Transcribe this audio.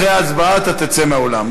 אחרי ההצבעה אתה תצא מהאולם.